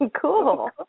Cool